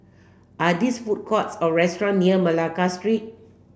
are these food court or restaurant near Malacca Street